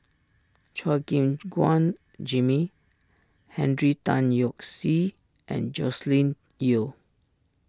Chua Gim Guan Jimmy Henry Tan Yoke See and Joscelin Yeo